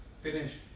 finish